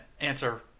answer